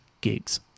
gigs